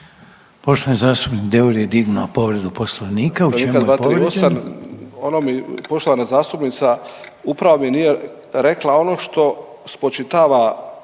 Poštovani zastupnik Deur je dignuo povredu Poslovnika, u čem je povrijeđen?